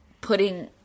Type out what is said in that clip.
putting